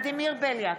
ולדימיר בליאק,